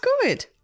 good